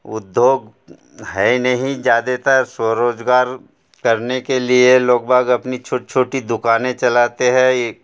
उद्योग है नहीं ज़्यादातर स्वरोज़गार करने के लिए लोग बाग अपनी छोटी छोटी दुकाने चलाते हैं